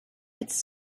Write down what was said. its